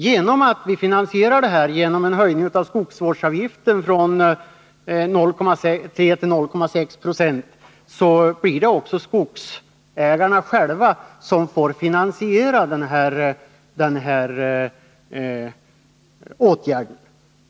Genom att vi finansierar det här medelst en höjning av skogsvårdsavgiften från 0,3 till 0,6 96 blir det skogsägarna själva som får betala den här åtgärden.